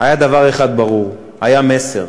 היה דבר אחד ברור, היה מסר: